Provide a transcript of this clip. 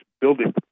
building